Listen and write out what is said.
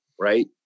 right